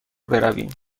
برویم